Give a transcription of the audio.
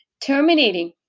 Terminating